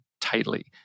tightly